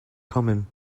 common